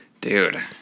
Dude